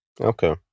Okay